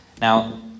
Now